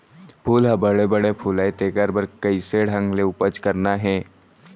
फूल ह बड़े बड़े फुलय तेकर बर कइसे ढंग ले उपज करना हे